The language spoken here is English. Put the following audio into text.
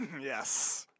Yes